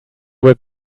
were